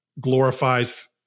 glorifies